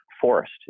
forced